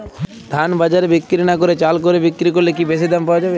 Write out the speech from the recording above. ধান বাজারে বিক্রি না করে চাল কলে বিক্রি করলে কি বেশী দাম পাওয়া যাবে?